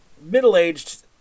middle-aged